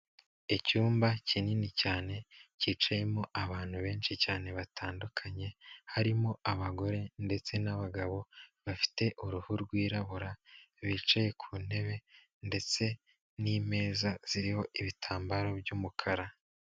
Icyumba kinini cyane kicayemo abantu benshi cyane batandukanye harimo abagore ndetse n'abagabo bafite uruhu rwirabura bicaye ku ntebe ndetse n'imeza ziriho ibitambaro by'umukara.